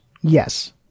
Yes